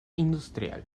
industrial